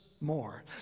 more